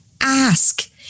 ask